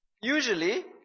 usually